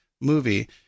movie